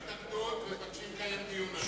יש התנגדות ומבקשים לנהל דיון.